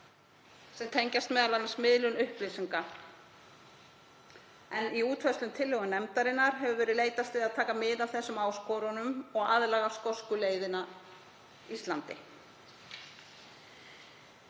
sem tengist m.a. miðlun upplýsinga en í útfærslum á tillögum nefndarinnar hefur verið leitast við að taka mið af þessum áskorunum og aðlaga skosku leiðina Íslandi.